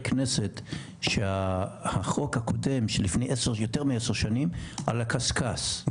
כנסת שהחוק הקודם שלפני יותר מעשר שנים על הקשקש,